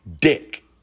dick